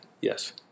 Yes